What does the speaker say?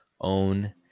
own